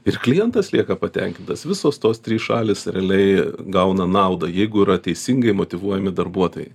ir klientas lieka patenkintas visos tos trys šalys realiai gauna naudą jeigu yra teisingai motyvuojami darbuotojai